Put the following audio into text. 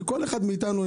כי כל אחד מאיתנו,